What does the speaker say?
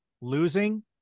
losing